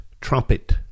trumpet